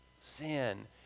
sin